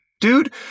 dude